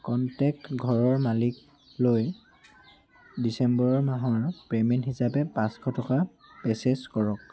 contact ঘৰৰ মালিকলৈ December মাহৰ পে'মেণ্ট হিচাপে পাঁচশ টকা প্ৰ'চেছ কৰক